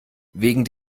wegen